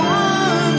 one